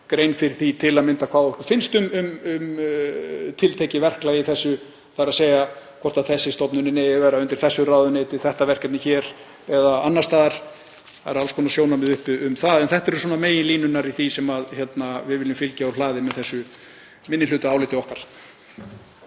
grein fyrir því til að mynda hvað okkur finnst um tiltekið verklag í þessu, þ.e. hvort þessi stofnun eigi að vera undir þessu ráðuneyti, þetta verkefni hér eða annars staðar. Það eru alls konar sjónarmið uppi um það. En þetta eru meginlínurnar í því sem við viljum fylgja úr hlaði með minnihlutaáliti okkar.